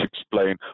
explain